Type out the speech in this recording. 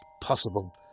possible